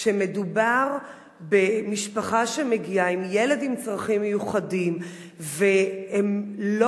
כשמדובר במשפחה שמגיעה עם ילד עם צרכים מיוחדים והם לא